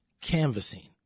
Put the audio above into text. canvassing